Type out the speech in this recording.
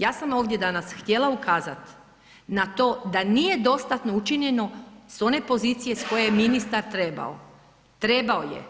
Ja sam ovdje danas htjela ukazat na to da nije dostatno učinjeno s one pozicije s koje je ministar trebao, trebao je